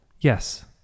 Yes